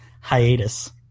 hiatus